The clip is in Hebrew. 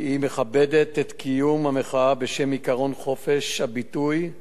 כי היא מכבדת את קיום המחאה בשם עקרון חופש הביטוי,